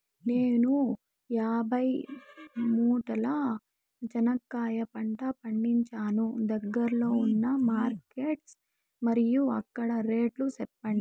నేను యాభై మూటల చెనక్కాయ పంట పండించాను దగ్గర్లో ఉన్న మార్కెట్స్ మరియు అక్కడ రేట్లు చెప్పండి?